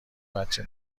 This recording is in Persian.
بچه